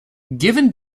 given